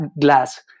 glass